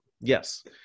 Yes